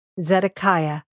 Zedekiah